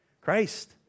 Christ